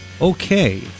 Okay